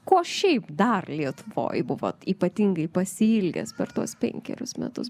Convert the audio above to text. ko šiaip dar lietuvoj buvot ypatingai pasiilgęs per tuos penkerius metus